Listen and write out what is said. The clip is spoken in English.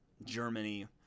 Germany